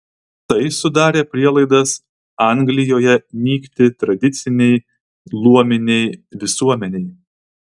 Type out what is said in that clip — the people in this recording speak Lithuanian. tai sudarė prielaidas anglijoje nykti tradicinei luominei visuomenei